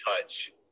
touch